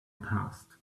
past